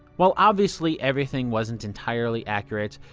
while obviously everything wasn't entirely accurate,